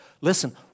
listen